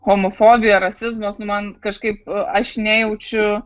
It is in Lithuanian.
homofobija rasizmas nu man kažkaip aš nejaučiu